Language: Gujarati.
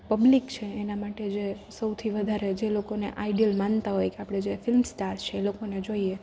પબ્લીક છે એના માટે જે સૌથી વધારે જે લોકોને આઈડીઅલ માનતા હોય કે આપણે જે ફિલ્મ સ્ટાર છે એ લોકોને જોઈએ